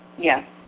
Yes